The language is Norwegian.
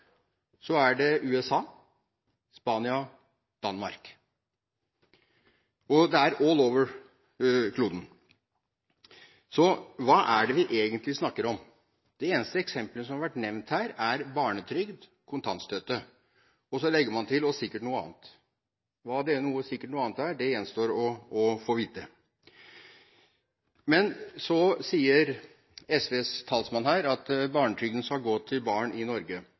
Så er det USA, Spania, Danmark – og det er over hele kloden. Så hva er det vi egentlig snakker om? Det eneste eksemplet som har vært nevnt her, er barnetrygd og kontantstøtte, og så legger man til: og sikkert noe annet. Men hva «sikkert noe annet» er, gjenstår å få vite. Så sier SVs talsmann her at barnetrygden skal gå til barn i Norge.